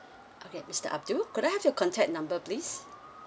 okay mister abdul could I have your contact number please